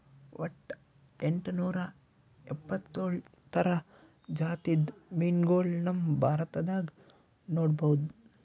ವಟ್ಟ್ ಎಂಟನೂರಾ ಎಪ್ಪತ್ತೋಳ್ ಥರ ಜಾತಿದ್ ಮೀನ್ಗೊಳ್ ನಮ್ ಭಾರತದಾಗ್ ನೋಡ್ಬಹುದ್